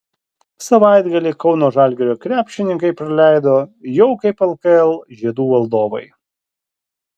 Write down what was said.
savaitgalį kauno žalgirio krepšininkai praleido jau kaip lkl žiedų valdovai